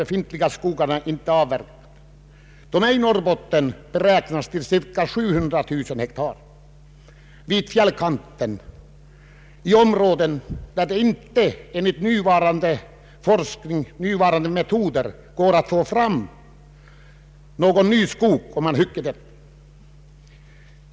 Dessa områden vid fjällkanten, där det med nuvarande metoder inte går att få fram någon ny skog om den gamla huggs ner, beräknas i Norrbotten till ca 700 000 hektar.